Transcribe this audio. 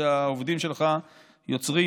שהעובדים שלך יוצרים,